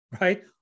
right